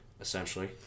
essentially